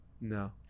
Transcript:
No